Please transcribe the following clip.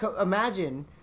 imagine